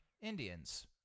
Indians